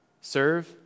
serve